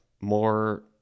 more